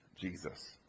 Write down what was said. Jesus